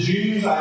Jews